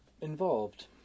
involved